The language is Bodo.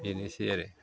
बेनोसै आरो